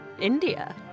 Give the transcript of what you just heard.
India